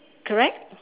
correct